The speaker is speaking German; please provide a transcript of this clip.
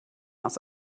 aus